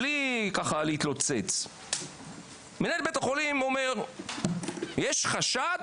בלי להתלוצץ, מנהל בית החולים אומר שיש חשד